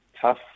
tough